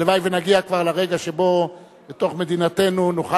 הלוואי שנגיע כבר לרגע שבו בתוך מדינתנו נוכל